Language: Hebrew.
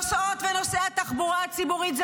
נוסעות ונוסעי התחבורה הציבורית הם